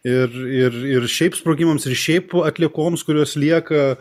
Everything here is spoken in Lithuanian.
ir ir ir šiaip sprogimams ir šiaip atliekoms kurios lieka